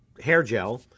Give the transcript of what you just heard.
Hairgel